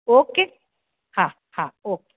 okay હા હા okay